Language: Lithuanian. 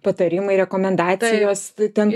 patarimai rekomendacijos ten